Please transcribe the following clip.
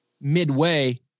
midway